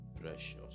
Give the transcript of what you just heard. precious